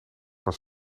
was